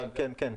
כן, כן.